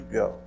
go